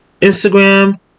Instagram